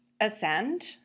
ascend